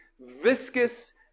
viscous